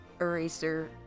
Eraser